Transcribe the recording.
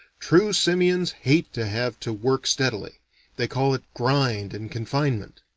true simians hate to have to work steadily they call it grind and confinement.